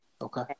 Okay